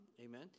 amen